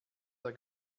der